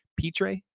Petre